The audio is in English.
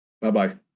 Bye-bye